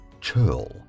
churl